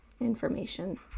information